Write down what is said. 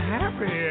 happy